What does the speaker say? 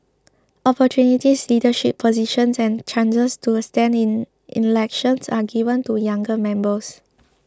opportunities leadership positions and chances to stand in elections are given to younger members